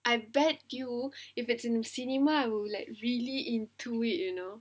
I bet you if it's in a cinema you will like really into it you know